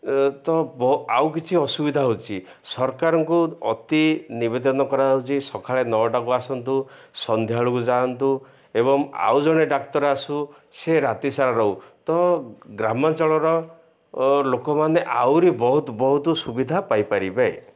ତ ଆଉ କିଛି ଅସୁବିଧା ହେଉଛି ସରକାରଙ୍କୁ ଅତି ନିବେଦନ କରାଯାଉଛି ସକାଳ ନଅଟାକୁ ଆସନ୍ତୁ ସନ୍ଧ୍ୟାବେଳକୁ ଯାଆନ୍ତୁ ଏବଂ ଆଉ ଜଣେ ଡ଼ାକ୍ତର ଆସୁ ସେ ରାତି ସାରା ରହୁ ତ ଗ୍ରାମାଞ୍ଚଳର ଲୋକମାନେ ଆହୁରି ବହୁତ ବହୁତ ସୁବିଧା ପାଇପାରିବେ